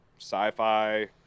sci-fi